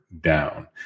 Down